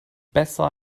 besser